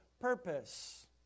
purpose